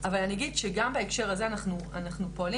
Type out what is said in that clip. אבל אני אגיד שגם בהקשר הזה אנחנו פועלים,